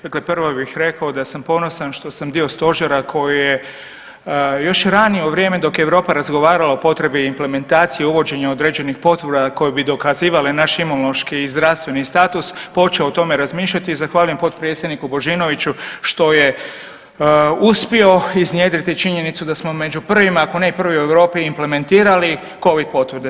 Dakle, prvo bih rekao da sam ponosan što sam dio stožera koji je još ranije u vrijeme dok je Europa razgovarala o potrebi implementacije uvođenja određenih potvrda koje bi dokazivale naš imunološki i zdravstveni status počeo o tome razmišljati i zahvaljujem potpredsjedniku Božinoviću što je uspio iznjedriti činjenicu da smo među prvima, ako ne i prvi u Europi implementirali covid potvrde.